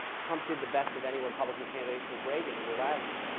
trump did the best of any republican candidate since reagan in rhode island.